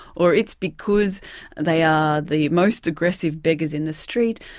or it's because they are the most aggressive beggars in the street.